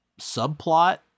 subplot